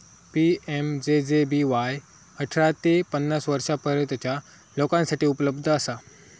PMJJBY अठरा ते पन्नास वर्षांपर्यंतच्या लोकांसाठी उपलब्ध असा